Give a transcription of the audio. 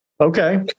okay